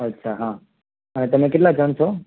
અચ્છા હં અને તમે કેટલા જણ છો